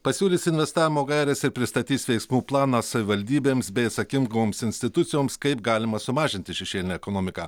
pasiūlys investavimo gaires ir pristatys veiksmų planą savivaldybėms bei atsakingoms institucijoms kaip galima sumažinti šešėlinę ekonomiką